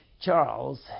Charles